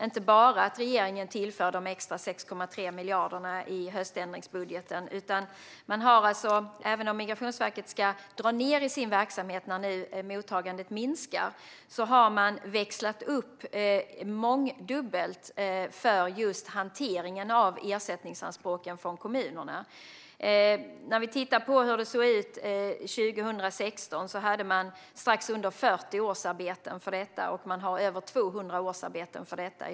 Inte bara tillför regeringen de extra 6,3 miljarderna i höständringsbudgeten, utan man har också, även om Migrationsverket ska dra ned i sin verksamhet när nu mottagandet minskar, växlat upp mångdubbelt för hanteringen av ersättningsanspråken från kommunerna. När vi tittar på hur det såg ut 2016 ser vi att man hade strax under 40 årsarbeten för detta, och i dag har man över 200 årsarbeten för detta.